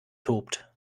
tobt